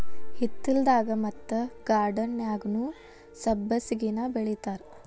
ಹಿತ್ತಲದಾಗ ಮತ್ತ ಗಾರ್ಡನ್ದಾಗುನೂ ಸಬ್ಬಸಿಗೆನಾ ಬೆಳಿತಾರ